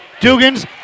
Dugans